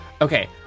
Okay